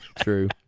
true